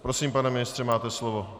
Prosím, pane ministře, máte slovo.